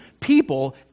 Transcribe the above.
People